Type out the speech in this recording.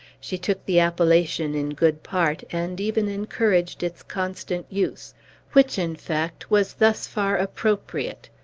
she took the appellation in good part, and even encouraged its constant use which, in fact, was thus far appropriate,